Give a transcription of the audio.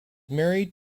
married